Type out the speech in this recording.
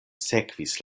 sekvis